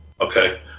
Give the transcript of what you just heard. Okay